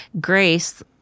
Grace